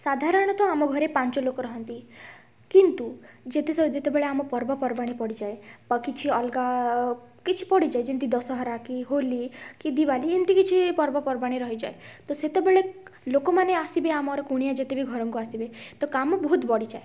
ସାଧାରଣତଃ ଆମ ଘରେ ପାଞ୍ଚ ଲୋକ ରହନ୍ତି କିନ୍ତୁ ଯେତେସ ଯେତେବେଳେ ଆମ ପର୍ବପର୍ବାଣୀ ପଡ଼ିଯାଏ ବା କିଛି ଅଲଗା କିଛି ପଡ଼ିଯାଏ ଯେମିତି ଦଶହରା କି ହୋଲି କି ଦିୱାଲି ଏମିତି କିଛି ପର୍ବପର୍ବାଣୀ ରହିଯାଏ ତ ସେତେବେଳେ ଲୋକମାନେ ଆସିବେ ଆମର କୁଣିଆ ଯେତେ ଘରକୁ ଆସିବେ ତ କାମ ବହୁତ ବଢ଼ିଯାଏ